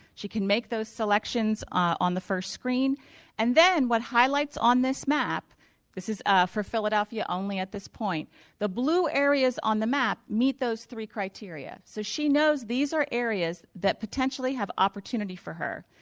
she can make those selections on the first screen and then what highlights on this map this is for philadelphia only at this point the blue areas on the map meet those three criteria. so she knows these are areas that potentially have opportunity for her.